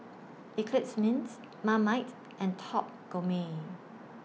Eclipse Mints Marmite and Top Gourmet